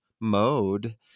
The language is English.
mode